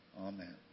Amen